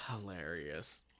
Hilarious